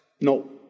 No